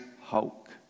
Hulk